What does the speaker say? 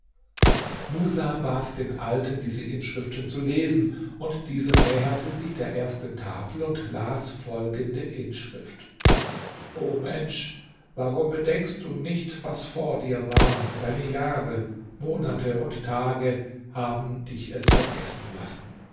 musa bat den alten diese inschriften zu lesen und dieser näherte sich der ersten tafel und las folgende inschrift o mensch warum bedenkst du nicht was vor dir war deine jahre monate und tage haben dich es vergessen lassen